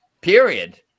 period